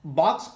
box